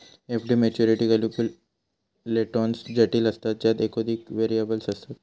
FD maturity calculations जटिल असतत ज्यात एकोधिक व्हेरिएबल्स असतत